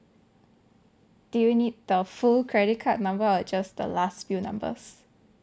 do you need the full credit card number or just the last few numbers